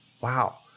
Wow